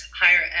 higher